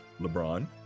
LeBron